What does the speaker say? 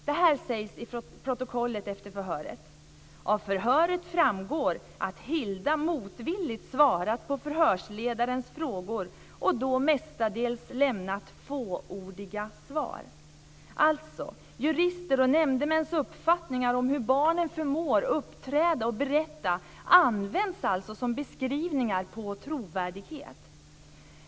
Detta sägs i protokollet från förhöret: "Av förhöret framgår att Hilda motvilligt svarat på förhörsledarens frågor och då mestadels lämnat fåordiga svar." Alltså: Juristers och nämndemäns uppfattningar om hur barnen förmår uppträda och berätta används som beskrivningar på trovärdighet.